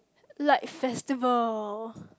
like festival